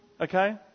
okay